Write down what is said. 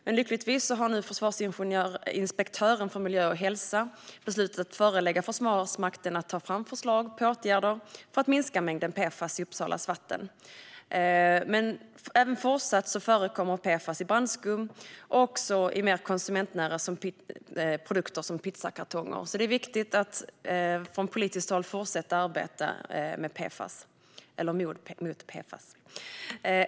Men lyckligtvis har nu försvarsinspektören för miljö och hälsa beslutat att förelägga Försvarsmakten att ta fram förslag på åtgärder för att minska mängden PFAS i Uppsalas vatten. Men även fortsatt förekommer PFAS i brandskum och i mer konsumentnära produkter som pizzakartonger. Det är därför viktigt att från politiskt håll fortsätta arbeta mot PFAS.